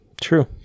True